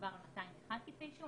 מדובר על 201 כתבי אישום.